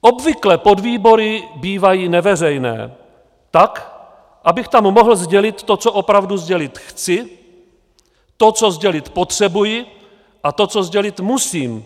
Obvykle podvýbory bývají neveřejné, tak abych tam mohl sdělit to, co opravdu sdělit chci, to, co sdělit potřebuji a to, co sdělit musím.